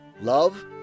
love